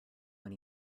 when